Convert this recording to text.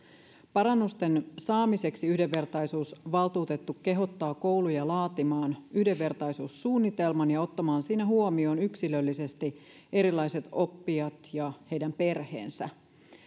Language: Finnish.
parannusten saamiseksi yhdenvertaisuusvaltuutettu kehottaa kouluja laatimaan yhdenvertaisuussuunnitelman ja ottamaan siinä huomioon yksilöllisesti erilaiset oppijat ja heidän perheensä